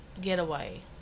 getaway